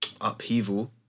upheaval